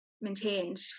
maintained